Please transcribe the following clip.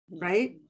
right